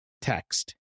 Text